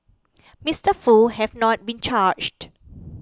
Mister Foo has not been charged